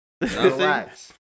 Relax